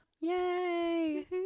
Yay